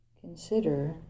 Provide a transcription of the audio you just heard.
consider